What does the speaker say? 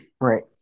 Right